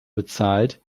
bezahlt